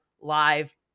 live